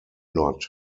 not